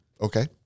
Okay